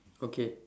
okay